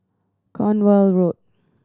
Cornwall Road